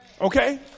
Okay